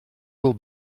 will